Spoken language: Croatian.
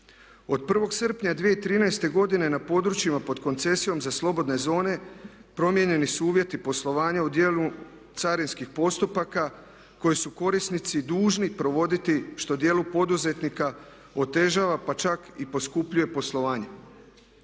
Od 1. srpnja 2013. godine na područjima pod koncesijama za slobodne zone promijenjeni su uvjeti poslovanja u dijelu carinskih postupaka koji su korisnici dužni provoditi što dijelu poduzetnika otežava, pa čak i poskupljuje poslovanje.